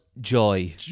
joy